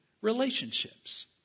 relationships